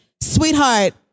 Sweetheart